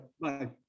Bye